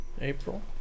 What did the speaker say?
April